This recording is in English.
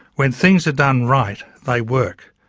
when things are done right, they work.